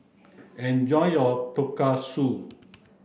enjoy your Tonkatsu